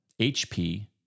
HP